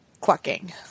clucking